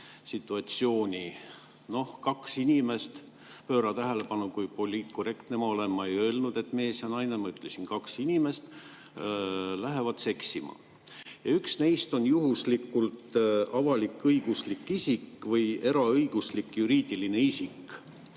situatsiooni? Kaks inimest – pööra tähelepanu, kui poliitkorrektne ma olen, ma ei öelnud, et mees ja naine, ma ütlesin, et kaks inimest – lähevad seksima. Ja üks neist on juhuslikult avalik-õiguslik isik või eraõiguslik juriidiline isik.